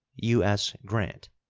u s. grant.